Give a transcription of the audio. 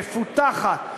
מפותחת,